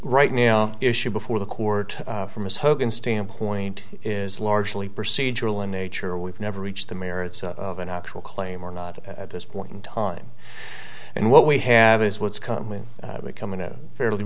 right now issue before the court from his hogan standpoint is largely procedural in nature we've never reached the merits of an actual claim or not at this point in time and what we have is what's coming becoming a fairly